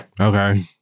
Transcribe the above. okay